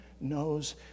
knows